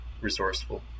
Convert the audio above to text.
resourceful